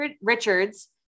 Richards